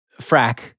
frack